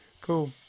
Cool